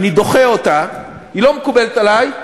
אני דוחה אותה, היא לא מקובלת עלי,